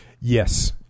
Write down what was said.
Yes